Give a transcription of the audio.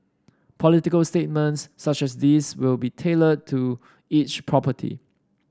political statements such as these will be tailored to each property